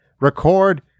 record